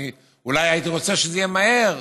אני אולי הייתי רוצה שזה יהיה מהר,